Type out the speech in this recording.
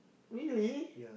really